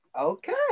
Okay